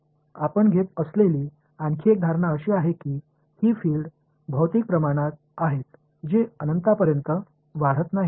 आपण घेत असलेली आणखी एक धारणा अशी आहे की ही फील्ड भौतिक प्रमाणात आहेत जी अनंतपर्यंत वाढत नाहीत